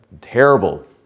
terrible